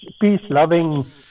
peace-loving